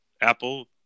Apple